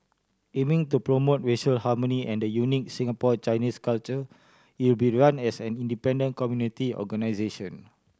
aiming to promote racial harmony and the unique Singapore Chinese culture it will be run as an independent community organisation